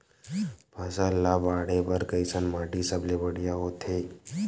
फसल ला बाढ़े बर कैसन माटी सबले बढ़िया होथे?